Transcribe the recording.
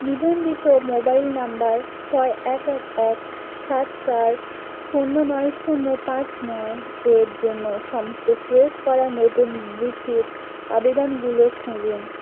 নিবন্ধিত মোবাইল নম্বর ছয় এক এক এক সাত চার শূন্য নয় শূন্য পাঁচ নয় এর জন্য সমস্ত প্রয়োগ করা নতুন বৃত্তির আবেদনগুলো খুঁজুন